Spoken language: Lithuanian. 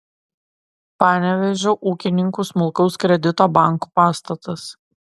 panevėžio ūkininkų smulkaus kredito banko pastatas